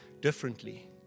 differently